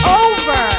over